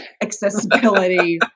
accessibility